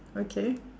okay